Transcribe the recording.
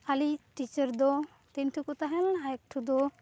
ᱟᱞᱮᱭᱤᱡ teacher ᱫᱚ ᱛᱤᱱᱴᱩᱠᱚ ᱛᱟᱦᱮᱸᱞᱮᱱᱟ ᱟᱨ ᱮᱠᱴᱩᱫᱚ